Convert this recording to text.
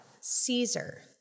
Caesar